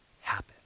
happen